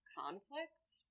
conflicts